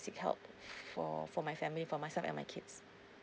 seek help for for my family for myself and my kids